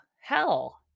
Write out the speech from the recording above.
Hell